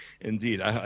Indeed